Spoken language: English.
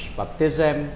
baptism